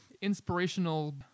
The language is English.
inspirational